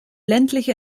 ländliche